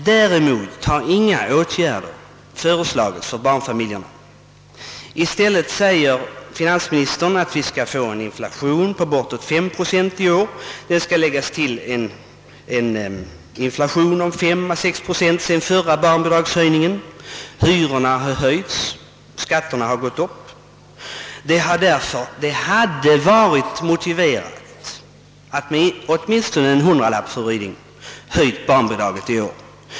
Däremot har inga åtgärder föreslagits för barnfamiljerna. I stället säger finansministern att vi skall få en inflation på bortåt 5 procent i år, som skall läggas till en inflation på 5—6 procent sedan förra barnbidragshöjningen. Hyrorna har höjts, skatterna har gått upp. Det hade varit motiverat att med åtminstone en hundralapp, fru Ryding, höja barnbidragen i år.